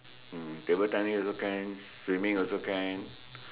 um table tennis also can swimming also can